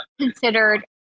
considered